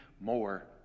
more